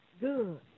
good